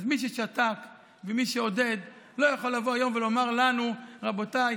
מי ששתק ומי שעודד לא יכול היום לומר לנו: רבותיי,